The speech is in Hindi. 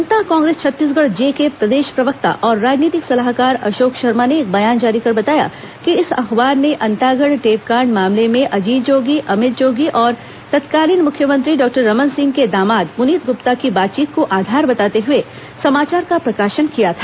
जनता कांग्रेस छत्तीसगढ़ जे के प्रदेश प्रवक्ता और राजनीतिक सलाहकार अशोक शर्मा ने एक बयान जारी कर बताया कि इस अखबार ने अंतागढ़ टेपकांड मामले में अजीत जोगी अमित जोगी और तत्कालीन मुख्यमंत्री डॉक्टर रमन सिंह के दामाद पुनीत गुप्ता की बातचीत को आधार बताते हुए समाचार का प्रकाशन किया था